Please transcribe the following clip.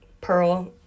Pearl